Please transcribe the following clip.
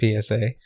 PSA